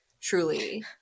truly